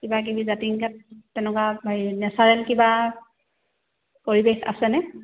কিবা কিবি জাতিংগাত তেনেকুৱা হেৰি নেচাৰেল কিবা পৰিৱেশ আছেনে